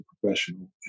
professional